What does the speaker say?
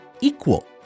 equal